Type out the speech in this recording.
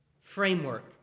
framework